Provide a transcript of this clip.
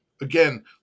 Again